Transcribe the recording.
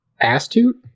Astute